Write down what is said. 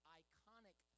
iconic